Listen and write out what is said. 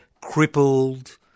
crippled